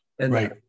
Right